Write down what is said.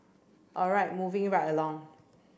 all right moving right along